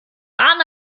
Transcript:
bahn